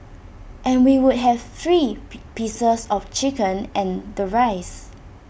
and we would have three pieces of chicken and the rice